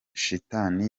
shitani